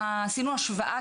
עשינו השוואה,